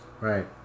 Right